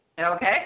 Okay